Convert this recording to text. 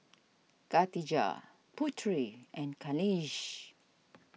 Katijah Putri and Khalish